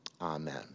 Amen